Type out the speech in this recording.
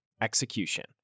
execution